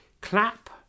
Clap